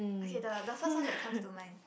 okay the the first one that comes to mind